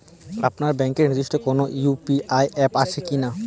আপনার ব্যাংকের নির্দিষ্ট কোনো ইউ.পি.আই অ্যাপ আছে আছে কি?